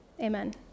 Amen